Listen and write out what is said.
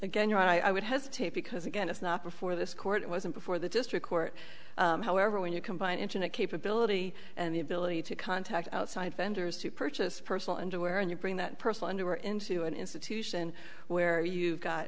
again your i would hesitate because again it's not before this court it wasn't before the district court however when you combine internet capability and the ability to contact outside vendors to purchase personal underwear and you bring that person under into an institution where you've got